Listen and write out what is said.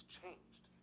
changed